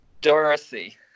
dorothy